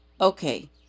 Okay